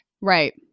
right